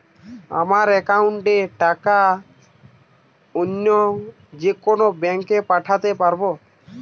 আমার একাউন্টের টাকা অন্য যেকোনো ব্যাঙ্কে পাঠাতে পারব?